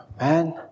man